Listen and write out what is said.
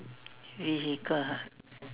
vehicle ah